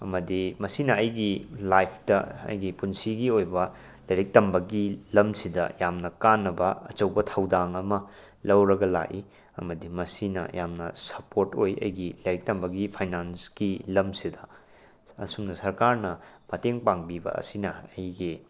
ꯑꯃꯗꯤ ꯃꯁꯤꯅ ꯑꯩꯒꯤ ꯂꯥꯏꯞꯇ ꯑꯩꯒꯤ ꯄꯨꯟꯁꯤꯒꯤ ꯑꯣꯏꯕ ꯂꯥꯏꯔꯤꯛ ꯇꯝꯕꯒꯤ ꯂꯝꯁꯤꯗ ꯌꯥꯝꯅ ꯀꯥꯟꯅꯕ ꯑꯆꯧꯕ ꯊꯧꯗꯥꯡ ꯑꯃ ꯂꯧꯔꯒ ꯂꯥꯛꯏ ꯑꯃꯗꯤ ꯃꯁꯤꯅ ꯌꯥꯝꯅ ꯁꯞꯄꯣꯔꯠ ꯑꯣꯏ ꯑꯩꯒꯤ ꯂꯥꯏꯔꯤꯛ ꯇꯝꯕꯒꯤ ꯐꯥꯏꯅꯥꯟꯁꯀꯤ ꯂꯝꯁꯤꯗ ꯑꯁꯨꯝꯅ ꯁ꯭ꯔꯀꯥꯔꯅ ꯃꯇꯦꯡ ꯄꯥꯡꯕꯤꯕ ꯑꯁꯤꯅ ꯑꯩꯒꯤ